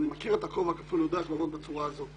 אני מכיר את הכובע ואני יודע איך לעבוד בצורה הזאת.